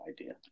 idea